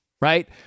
right